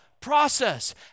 process